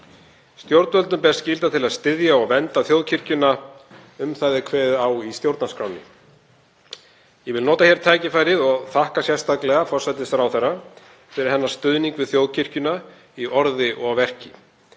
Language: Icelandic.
Stjórnvöldum ber skylda til að styðja og vernda þjóðkirkjuna. Um það er kveðið á í stjórnarskránni. Ég vil nota hér tækifærið og þakka forsætisráðherra sérstaklega fyrir hennar stuðning við þjóðkirkjuna í orði og verki.